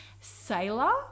Sailor